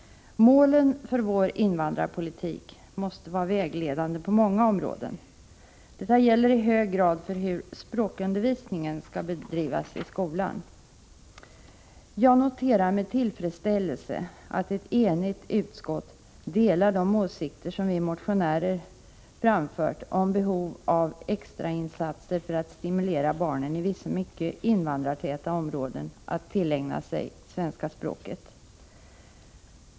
Målen för vår invandrarpolitik måste vara vägledande på många områden. Detta gäller i hög grad för hur språkundervisningen skall bedrivas i skolan. Jag noterar med tillfredsställelse att ett enigt utskott delar de åsikter som vi motionärer har framfört om behovet av extra insatser för att stimulera barn i vissa mycket invandrartäta områden att tillägna sig svenska språket.